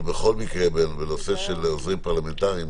אבל בכל מקרה בנושא של עוזרים פרלמנטריים,